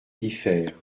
diffèrent